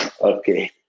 Okay